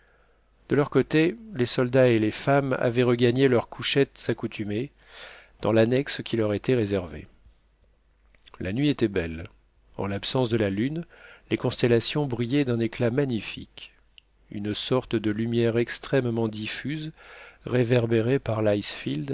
de leur côté les soldats et les femmes avaient regagné leurs couchettes accoutumées dans l'annexe qui leur était réservée la nuit était belle en l'absence de la lune les constellations brillaient d'un éclat magnifique une sorte de lumière extrêmement diffuse réverbérée par